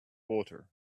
water